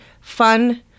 fun